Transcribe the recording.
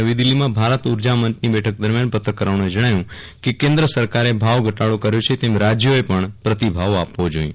નવી દિલ્હીમાં ભારત ઉર્જામંચની બેઠક દરમિયાન પત્રકારોને જણાવ્યું કે કેન્દ્ર સરકારે ભાવ ઘટાડો કર્યો છે તેમ રાજ્યોએ પણ પ્રતિભાવ આપવો જોઇએ